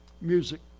music